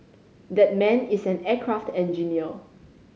that man is an aircraft engineer